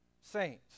saints